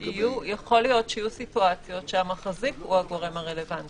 יכול להיות שיהיו מצבים שהמחזיק הוא הגורם הרלוונטי.